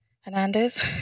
Hernandez